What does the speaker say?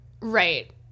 Right